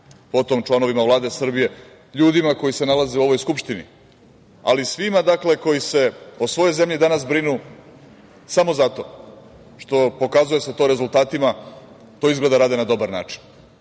potom članovima Vlade Srbije, ljudima koji se nalaze u ovoj Skupštini, ali i svima koji se o svojoj zemlji danas brinu samo zato što, pokazuje se to rezultatima, to izgleda rade na dobar način.